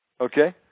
okay